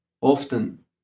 often